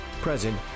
present